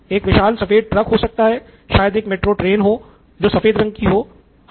एक विशाल सफ़ेद रंग का ट्रक हो सकता शायद एक मेट्रो ट्रेन हो जो सफ़ेद रंग की हो हाँ